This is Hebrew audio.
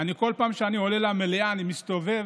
כל פעם שאני עולה למליאה אני מסתובב